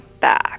back